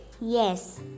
Yes